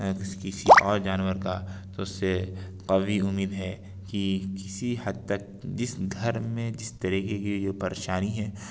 کس کسی اور جانور کا تو اس سے قوی امید ہے کہ کسی حد تک جس گھر میں جس طریقے کی جو پریشانی ہے